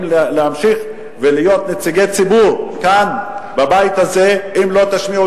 להמשיך ולהיות נציגי ציבור כאן בבית הזה אם לא תשמיעו